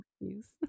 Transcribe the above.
excuse